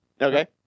Okay